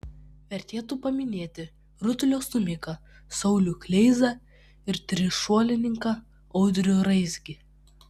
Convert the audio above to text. vertėtų paminėti rutulio stūmiką saulių kleizą ir trišuolininką audrių raizgį